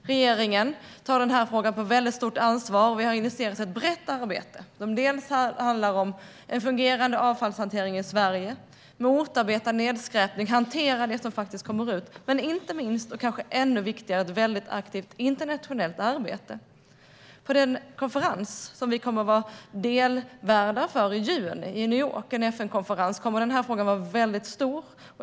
Regeringen tar denna fråga på mycket stort allvar och har initierat ett brett arbete som handlar om en fungerande avfallshantering i Sverige, att motarbeta nedskräpning och hantera det som faktiskt kommer ut, men det kanske viktigaste är ett mycket aktivt internationellt arbete. På den FN-konferens som vi kommer att vara delvärdar för i New York i juni kommer den här frågan att vara väldigt stor.